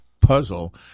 puzzle